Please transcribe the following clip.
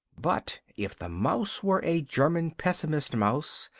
but if the mouse were a german pessimist mouse,